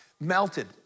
melted